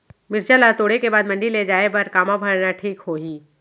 मिरचा ला तोड़े के बाद मंडी ले जाए बर का मा भरना ठीक होही?